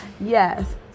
yes